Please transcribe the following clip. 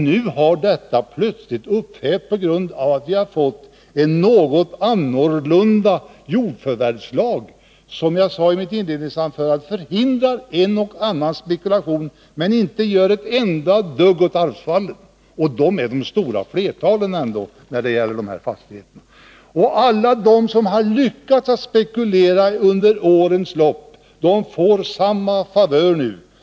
Nu har den plötsligt upphävts på grund av att vi har fått en något annorlunda jordförvärvslag, vilken — som jag sade i mitt inledningsanförande — förhindrar en och annan spekulation men inte gör ett enda dugg åt arvsfallen, och de är ändå det stora flertalet när det gäller de här fastigheterna. Och alla de som har lyckats spekulera under årens lopp får nu samma favör.